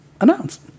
announce